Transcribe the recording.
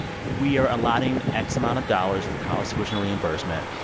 we are allotting x amount of dollars for college tuition reimbursement,